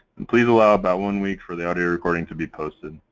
and please allow about one week for the audio recording to be posted.